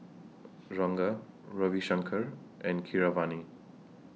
Ranga Ravi Shankar and Keeravani